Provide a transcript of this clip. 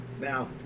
Now